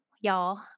y'all